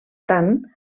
tant